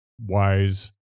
wise